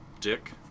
dick